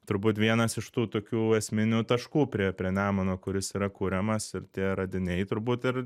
turbūt vienas iš tų tokių esminių taškų prie prie nemuno kuris yra kuriamas ir tie radiniai turbūt ir